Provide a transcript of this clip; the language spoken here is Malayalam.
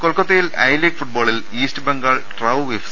കൊൽക്കത്തയിൽ ഐ ലീഗ് ഫുട്ബോളിൽ ഈസ്റ്റ് ബംഗാൾ ട്രാവു എഫ്